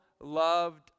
loved